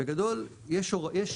בגדול, יש